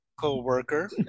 co-worker